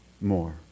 more